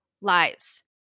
lives